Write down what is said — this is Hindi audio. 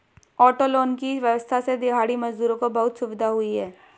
ऑटो लोन की व्यवस्था से दिहाड़ी मजदूरों को बहुत सुविधा हुई है